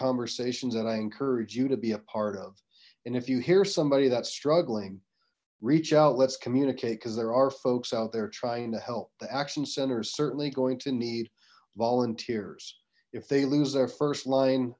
conversations that i encourage you to be a part of and if you hear somebody that's struggling reach out let's communicate because there are folks out there trying to help the action center is certainly going to need volunteers if they lose their fur line